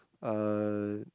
uh